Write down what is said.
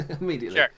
immediately